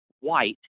white